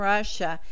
Russia